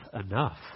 enough